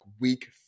week